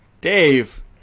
Dave